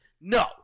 no